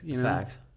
Facts